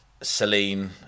Celine